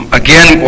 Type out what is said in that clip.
again